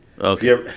Okay